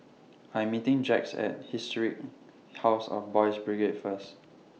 I'm meeting Jacquez At Historic House of Boys' Brigade First